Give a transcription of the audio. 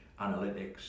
analytics